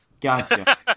Gotcha